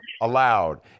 allowed